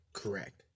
correct